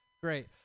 Great